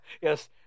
Yes